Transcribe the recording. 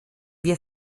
wir